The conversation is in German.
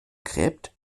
gräbt